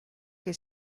che